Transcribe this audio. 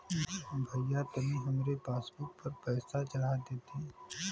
भईया तनि हमरे पासबुक पर पैसा चढ़ा देती